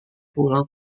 pulau